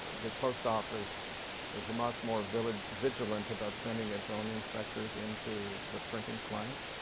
the post office was much more vigilant vigilant about sending its own inspectors into the printing plant.